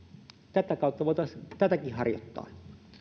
tätä kautta voitaisi tätäkin harjoittaa